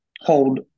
hold